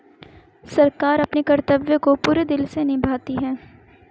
सरकार अपने कर्तव्य को पूरे दिल से निभाती है